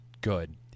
good